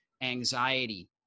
anxiety